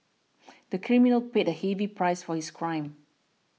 the criminal paid a heavy price for his crime